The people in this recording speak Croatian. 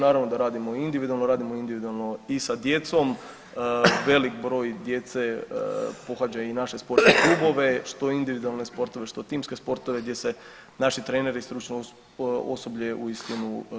Naravno da radimo individualno, radimo individualno i sa djecom, velik broj djece pohađa i naše sportske klubove, što individualne sportove, što timske sportove gdje se naši treneri i stručno osoblje uistinu brinu o njima.